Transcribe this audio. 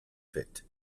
fet